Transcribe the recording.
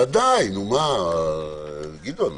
בוודאי, גדעון.